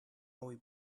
will